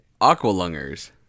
Aqualungers